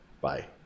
bye